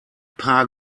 paar